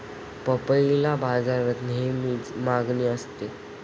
पपईला बाजारात नेहमीच मागणी असते